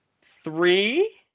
Three